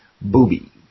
Booby